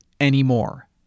anymore